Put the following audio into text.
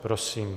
Prosím.